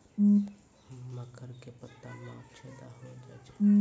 मकर के पत्ता मां छेदा हो जाए छै?